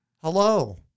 hello